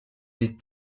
des